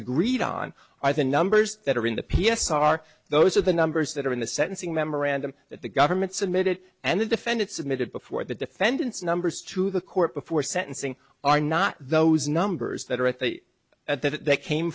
agreed on i think numbers that are in the p s are those are the numbers that are in the sentencing memorandum that the government submitted and the defendant submitted before the defendants numbers to the court before sentencing are not those numbers that are at the at that they came